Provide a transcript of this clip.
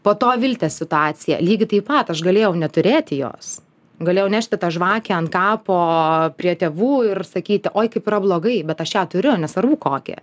po to viltės situaciją lygiai taip pat aš galėjau neturėti jos galėjau nešti tą žvakę ant kapo prie tėvų ir sakyti oi kaip yra blogai bet aš ją turiu nesvarbu kokią